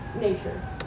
nature